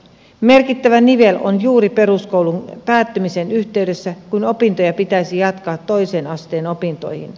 merkittävä nivel on juuri peruskoulun päättymisen yhteydessä kun opintoja pitäisi jatkaa toisen asteen opintoihin